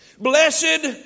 Blessed